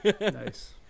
Nice